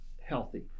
healthy